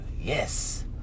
yes